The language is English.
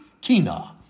kina